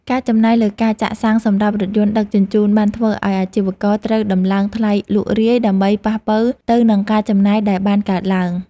ការចំណាយលើការចាក់សាំងសម្រាប់រថយន្តដឹកជញ្ជូនបានធ្វើឱ្យអាជីវករត្រូវដំឡើងថ្លៃលក់រាយ ដើម្បីប៉ះប៉ូវទៅនឹងការចំណាយដែលបានកើនឡើង។